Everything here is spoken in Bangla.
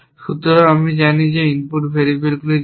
সুতরাং আমি জানি আমি ইনপুট ভেরিয়েবল জানি